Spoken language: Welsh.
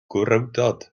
gwrywdod